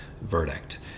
verdict